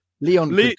Leon